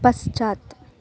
पश्चात्